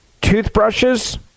toothbrushes